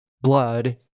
blood